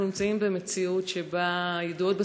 אנחנו נמצאים במציאות שבה הידועות בציבור,